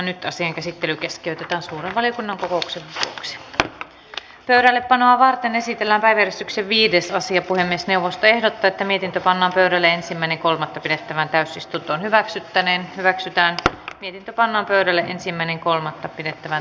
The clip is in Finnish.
nyt asian käsittely keskeytetään suuren valiokunnan kokouksen pöydälle panoa varten esitellään vares yksi viides ja puhemiesneuvosto ehdotti että mietintö anna förille ensin meni kolmatta pidettävään täysistunto hyväksyttäneen hyväksytään pinta pannaan pöydälle ensimmäinen kolmatta pidettävän